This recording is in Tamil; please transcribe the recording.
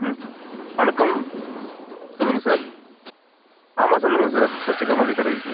ம் வணக்கம் சொல்லுங்கள் சார் ஆமாம் சொல்லுங்கள் சார் சர்ச்சு கபாலி கடை